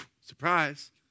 surprise